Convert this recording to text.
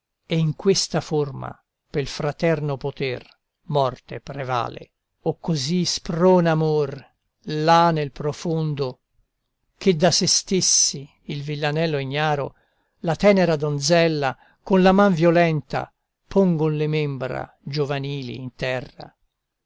e in questa forma pel fraterno poter morte prevale o così sprona amor là nel profondo che da se stessi il villanello ignaro la tenera donzella con la man violenta pongon le membra giovanili in terra